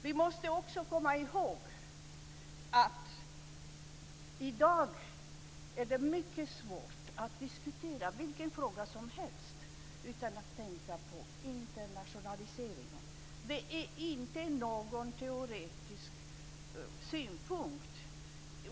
Vi måste också komma ihåg att det i dag är mycket svårt att diskutera vilken fråga som helst utan att tänka på internationaliseringen. Detta är inte en teoretisk synpunkt.